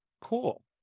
Cool